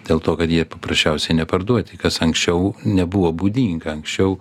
dėl to kad jie paprasčiausiai neparduoti kas anksčiau nebuvo būdinga anksčiau